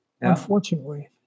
Unfortunately